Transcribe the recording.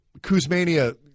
Kuzmania